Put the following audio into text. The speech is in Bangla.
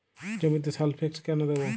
জমিতে সালফেক্স কেন দেবো?